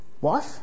wife